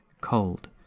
Cold